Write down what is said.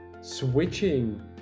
switching